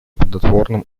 плодотворным